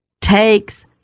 takes